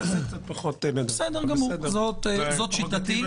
זאת שיטתי,